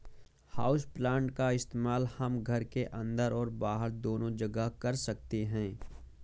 houseplant का इस्तेमाल हम घर के अंदर और बाहर दोनों जगह कर सकते हैं